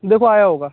देखो आया होगा